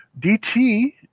DT